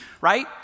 right